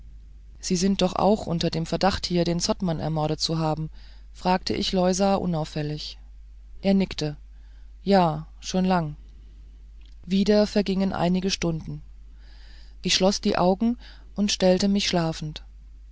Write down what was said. sie sind doch auch unter dem verdacht hier den zottmann ermordet zu haben fragte ich loisa unauffällig er nickte ja schon lang wieder vergingen einige stunden ich schloß die augen und stellte mich schlafend